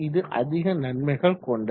இது அதிக நன்மைகள் கொண்டது